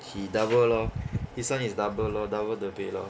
he double lor his [one] is double lor double the pay lor